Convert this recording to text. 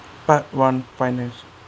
part one finance